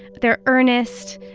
they're earnest,